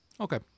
okay